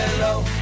Hello